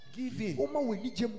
giving